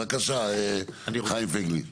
בבקשה, חיים פייגלין.